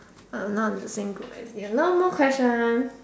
I'm not the same group as you no no questions